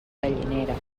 gallinera